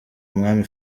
umwami